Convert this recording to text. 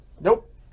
Nope